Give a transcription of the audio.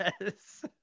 Yes